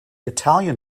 italian